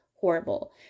horrible